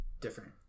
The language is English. different